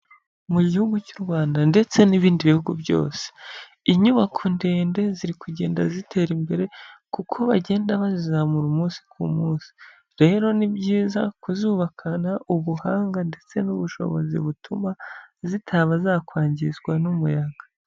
Mu gihugu cy'u Rwanda ndetse n'ibindi bihugu byose, inyubako ndende ziri kugenda zitera imbere kuko bagenda bazizamura umunsi ku munsi. Rero ni byiza kuzubakana ubuhanga ndetse n'ubushobozi butuma zitaba zakwangizwa n'umuyaga.